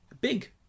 Big